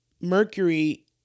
Mercury